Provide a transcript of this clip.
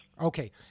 okay